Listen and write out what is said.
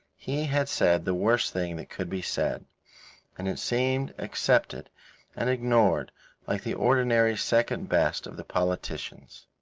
he had said the worst thing that could be said and it seemed accepted and ignored like the ordinary second best of the politicians.